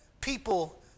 people